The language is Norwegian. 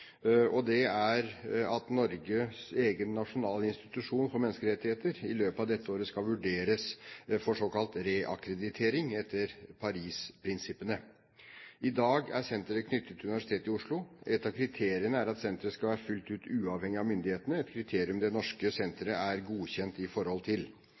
og det er at Norges egen nasjonale institusjon for menneskerettigheter i løpet av dette året skal vurderes for såkalt reakkreditering etter Paris-prinsippene. I dag er senteret knyttet til Universitetet i Oslo. Ett av kriteriene er at senteret skal være fullt ut uavhengig av myndighetene, et kriterium det norske senteret er godkjent i forhold til.